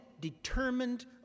determined